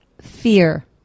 Fear